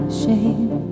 shame